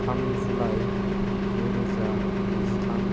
थाम जुलाइ नैरोजा नैजिथाम